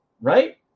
right